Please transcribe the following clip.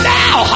now